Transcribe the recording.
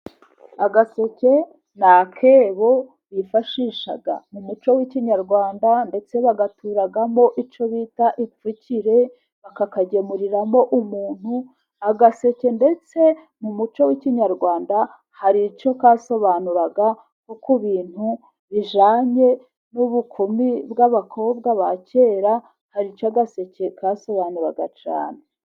Agaseke ni akebo bifashisha mu muco w'ikinyarwanda, ndetse bagaturamo icyo bita ipfukire, bakakagemuriramo umuntu, agaseke ndetse mu muco w'ikinyarwanda hari icyo kasobanuraga, nko ku bintu bijyanye n'ubukumi bw'abakobwa ba kera, hari icyo agaseke kasobanuraga cyane.